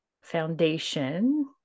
foundation